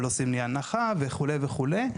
אבל עושים לי הנחה וכו' וכו'.